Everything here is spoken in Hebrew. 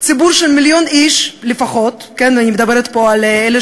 ציבור של מיליון איש לפחות אני מדברת פה על אלה